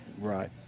Right